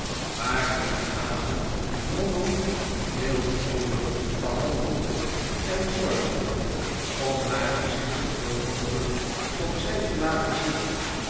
maar dien avond moddle veel vriendelijker behandelde en zorg droeg om haar gezicht zooveel mogelijk op zij te laten zien